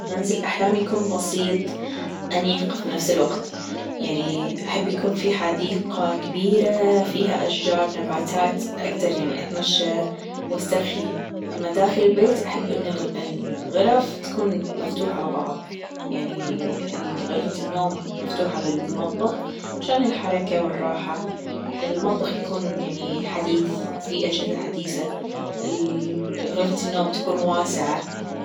منزل أحلامي يكون بسيط أنيق في نفس الوقت يعني أحب يكون في حديقة كبيرة فيها أشجار نباتات أجدر يعني أتمشى وأسترخي أما داخل البيت أحب أن الغرف تكون مفتوحة لبعض يعني غرفة النوم مفتوحة على المطبخ مشان الحركة والراحة المطبخ يكون يعني حديث وفي أجهزة حديثة غرفة النوم تكون واسعة.